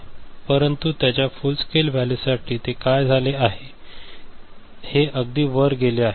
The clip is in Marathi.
परंतु त्याच्या फुल स्केल वॅल्यू साठी ते काय झाले आहे हे अगदी वर गेले आहे